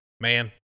Man